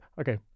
Okay